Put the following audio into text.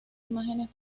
imágenes